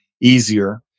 easier